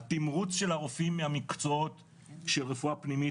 התמרוץ של הרופאים ממקצועות של רפואה פנימית,